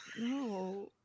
No